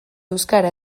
euskara